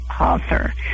author